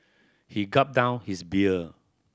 he gulped down his beer